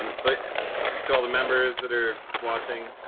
and so just tell the members that are watching,